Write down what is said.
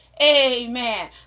Amen